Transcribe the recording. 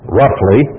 roughly